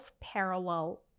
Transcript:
parallel